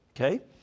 Okay